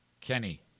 Kenny